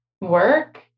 work